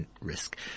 risk